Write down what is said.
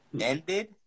Ended